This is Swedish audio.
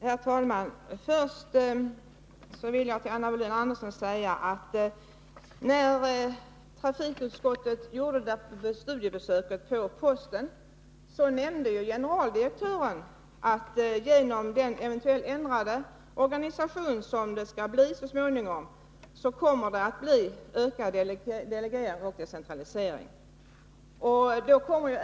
Herr talman! Jag vill börja med att säga till Anna Wohlin-Andersson: När trafikutskottet gjorde sitt studiebesök på posten nämnde generaldirektören att det, genom den eventuellt kommande organisationsförändringen, så småningom kommer att bli ökad delegering och decentralisering.